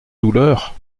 douleurs